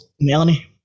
Melanie